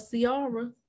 Ciara